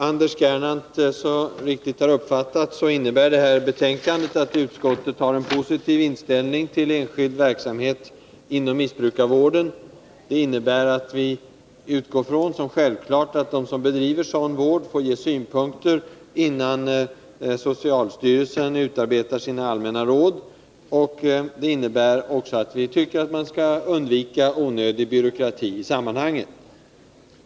Herr talman! Som Anders Gernandt så riktigt har uppfattat innebär betänkandet att utskottet har en positiv inställning till enskild verksamhet inom missbrukarvården. Vi utgår från som självklart att de som bedriver sådan vård får ge sina synpunkter innan socialstyrelsen utarbetar sina allmänna råd. Vi tycker också att man skall undvika onödig byråkrati i sammanhanget.